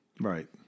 Right